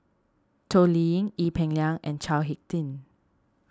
Toh Liying Ee Peng Liang and Chao Hick Tin